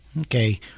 Okay